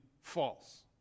false